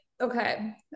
okay